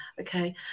Okay